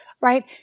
right